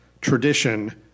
tradition